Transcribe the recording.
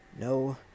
No